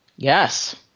Yes